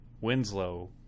Winslow